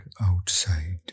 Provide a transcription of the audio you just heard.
outside